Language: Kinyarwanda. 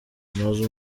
maze